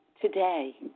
today